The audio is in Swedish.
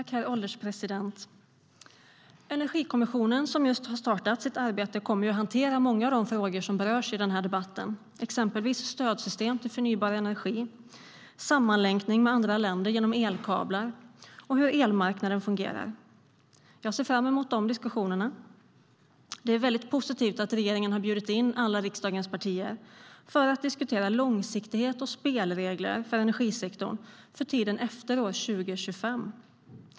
Herr ålderspresident! Energikommissionen, som just har startat sitt arbete, kommer att hantera många av de frågor som berörs i denna debatt, exempelvis stödsystem för förnybar energi, sammanlänkning med andra länder genom elkablar och hur elmarknaden fungerar. Jag ser fram emot dessa diskussioner. Det är mycket positivt att regeringen har bjudit in riksdagens alla partier för att diskutera långsiktighet och spelregler för energisektorn för tiden efter år 2025.